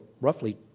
roughly